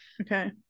Okay